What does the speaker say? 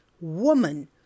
woman